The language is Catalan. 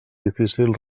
difícil